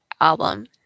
album